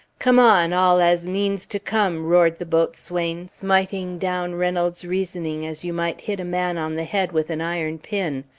come on all as means to come roared the boat swain, smiting down reynolds' reasoning as you might hit a man on the head with an iron pin,